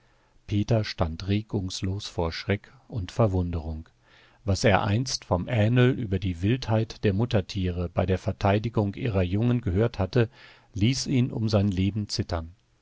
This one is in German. peter stand regungslos vor schreck und verwunderung was er einst vom ähnl über die wildheit der muttertiere bei der verteidigung ihrer jungen gehört hatte ließ ihn um sein leben zittern